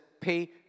pay